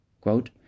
Quote